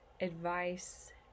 advice